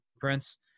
Prince